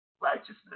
righteousness